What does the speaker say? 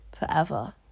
forever